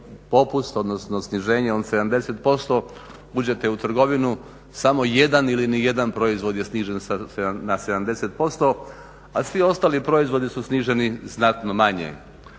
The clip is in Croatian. popust, odnosno sniženje od 70%. Uđete u trgovinu samo jedan ili ni jedan proizvod je snižen na 70%, a svi ostali proizvodi su sniženi znatno manje.